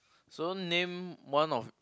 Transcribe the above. so name one of